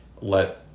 let